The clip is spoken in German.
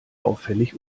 auffällig